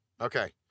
Okay